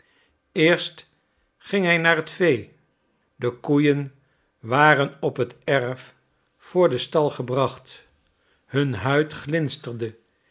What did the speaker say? eerst ging hij naar het vee de koeien waren op het erf voor den stal gebracht hun huid glinsterde